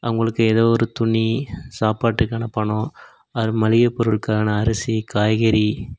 அவங்களுக்கு ஏதோ ஒரு துணி சாப்பாட்டுக்கான பணம் ஆர் மளிகை பொருட்களான அரிசி காய்கறி